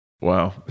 Wow